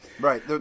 Right